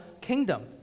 kingdom